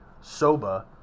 soba